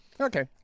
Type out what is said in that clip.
Okay